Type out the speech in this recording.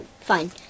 Fine